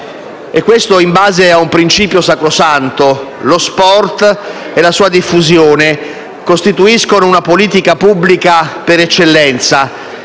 E questo in base al principio sacrosanto che lo sport e la sua diffusione costituiscono una politica pubblica per eccellenza